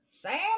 sam